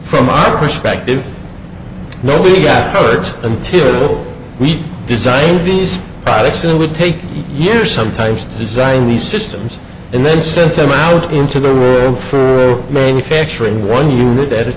from our perspective no legal rights until we design these products it would take years sometimes to design these systems and then sent them out into the world for manufacturing one unit at a